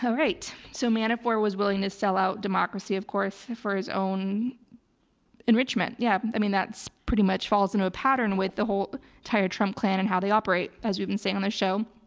alright, so manafort was willing to sell out democracy of course for his own enrichment. yeah. i mean that's pretty much falls into a pattern with the whole entire trump clan and how they operate. as we've been saying on this show.